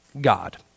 God